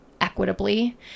Equitably